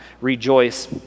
Rejoice